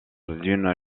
une